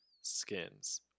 skins